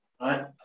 right